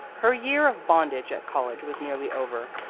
her year of bondage at college was nearly over.